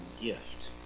gift